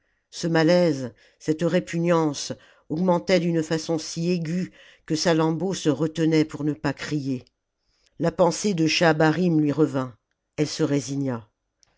ce malaise cette répugnance augmentaient d'une façon si aiguë que salammbô se retenait pour ne pas crier la pensée de schahabarim lui revint elle se résigna